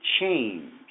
change